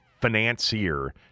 financier